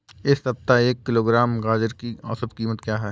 इस सप्ताह एक किलोग्राम गाजर की औसत कीमत क्या है?